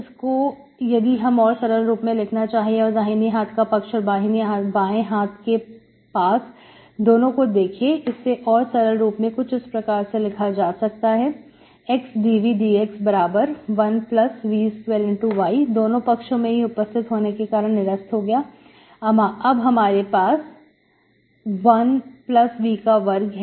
इसको यदि हम और सरल रूप में लिखना चाहे और दाहिने हाथ के पक्ष और बाएं हाथ के पास दोनों को देखें तो इससे और अधिक सरल रूप में इस प्रकार से लिखा जा सकता है xdVdx 1V2 y दोनों पक्षों में ही उपस्थित होने के कारण निरस्त हो गया हमारे पास अब 1V का वर्ग है